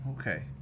Okay